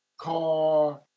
car